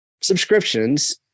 subscriptions